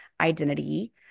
identity